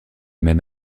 même